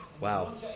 Wow